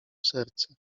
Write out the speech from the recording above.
serce